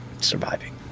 surviving